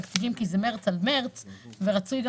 התקציבים דוח של המ.מ.מ כי זה מרץ עד מרץ ורצוי גם